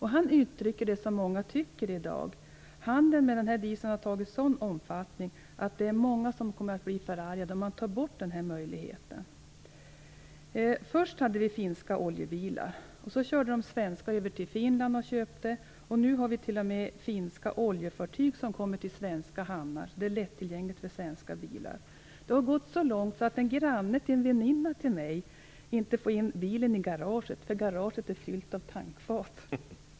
Han uttrycker det som många tycker i dag. Handeln med denna diesel har fått en sådan omfattning att många kommer att bli förargade om man tar bort den här möjligheten. Först var det finska oljebilar. Sedan körde de svenska bilarna över till Finland och köpte. Nu kommer t.o.m. finska oljefartyg till svenska hamnar, så att det blir lättillgängligt för svenska bilar. Det har gått så långt att en granne till en av mina vänninor inte får in bilen i garaget, eftersom garaget är fullt av tankfat.